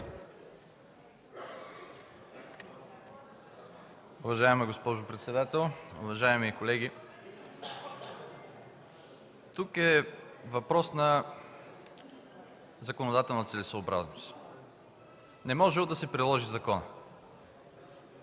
Уважаема госпожо председател, уважаеми колеги, тук е въпрос на законодателна целесъобразност. Не можело да се приложи законът.